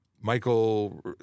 Michael